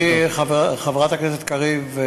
חברת הכנסת קריב,